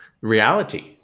reality